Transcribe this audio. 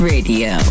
Radio